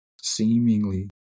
seemingly